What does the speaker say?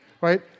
right